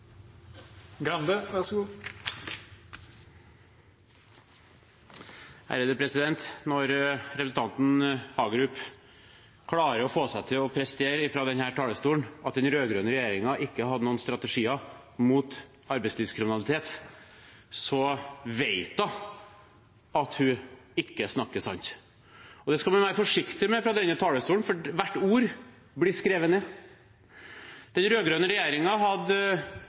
Når representanten Hagerup klarer å få seg til å si, og presterer å si, fra denne talerstolen at den rød-grønne regjeringen ikke hadde noen strategier mot arbeidslivskriminalitet, vet hun at hun ikke snakker sant. Og det skal man være forsiktig med fra denne talerstolen, for hvert ord blir skrevet ned. Den rød-grønne regjeringen hadde